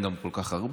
גם אין כל כך הרבה,